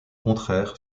contraire